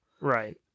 Right